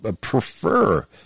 prefer